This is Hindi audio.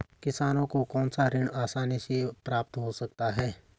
किसानों को कौनसा ऋण आसानी से प्राप्त हो सकता है?